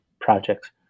projects